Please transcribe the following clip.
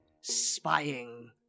spying